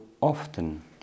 often